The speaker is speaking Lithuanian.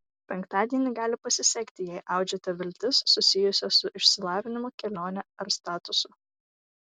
penktadienį gali pasisekti jei audžiate viltis susijusias su išsilavinimu kelione ar statusu